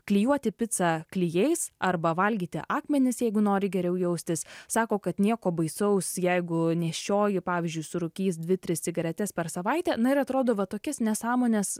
klijuoti picą klijais arba valgyti akmenis jeigu nori geriau jaustis sako kad nieko baisaus jeigu nėščioji pavyzdžiui surūkys dvi tris cigaretes per savaitę na ir atrodo va tokias nesąmones